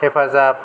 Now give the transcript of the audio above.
हेफाजाब